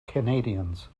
canadians